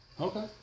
Okay